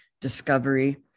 discovery